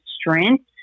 strength